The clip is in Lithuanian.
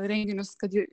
renginius kad